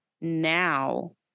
now